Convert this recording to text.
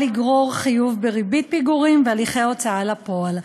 לגרור חיוב בריבית פיגורים והליכי הוצאה לפועל.